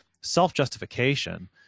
self-justification